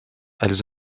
elles